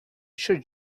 should